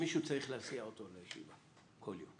שמישהו צריך להסיע אותו לישיבה כל יום